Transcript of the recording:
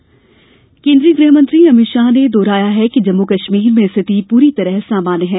अभित शाह केन्द्रीय गृहमंत्री अभित शाह ने दोहराया है कि जम्मू कश्मीर में स्थिति पूरी तरह सामान्य है